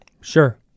Sure